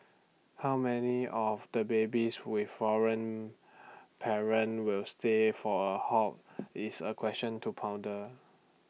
how many of the babies with foreign parent will stay for A long haul is A question to ponder